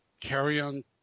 carry-on